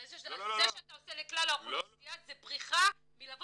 זה שאתה עושה לכלל האוכלוסייה זו בריחה מלבוא